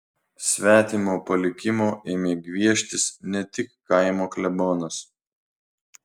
svetimo palikimo ėmė gvieštis ne tik kaimo klebonas